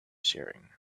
sharing